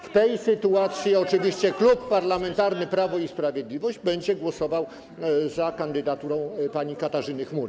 W tej sytuacji oczywiście Klub Parlamentarny Prawo i Sprawiedliwość będzie głosował za kandydaturą pani Katarzyny Chmury.